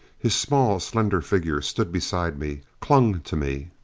his small slender figure stood beside me, clung to me.